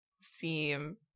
seem